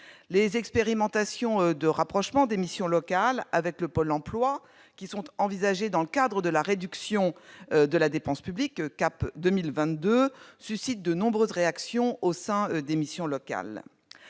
Les expérimentations de rapprochement des missions locales avec Pôle emploi, envisagées dans le cadre de la réduction de la dépense publique Cap 2022, suscitent de nombreuses réactions au sein des missions locales.